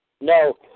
No